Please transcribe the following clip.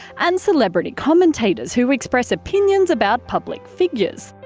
and celebrity commentators, who express opinions about public figures.